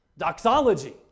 doxology